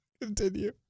Continue